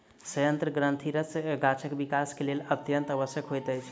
सयंत्र ग्रंथिरस गाछक विकास के लेल अत्यंत आवश्यक होइत अछि